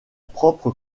propre